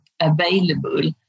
available